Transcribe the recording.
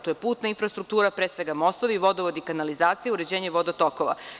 To je putna infrastruktura, pre svega, mostovi, vodovod i kanalizacija, uređenje vodotokova.